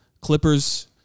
Clippers